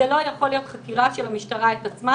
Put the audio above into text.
זו לא יכולה להיות חקירה של המשטרה את עצמה,